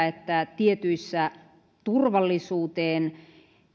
että tietyissä turvallisuuteen